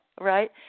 right